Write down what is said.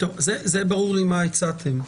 ברור לי מה הצעתם,